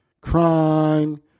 crime